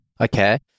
Okay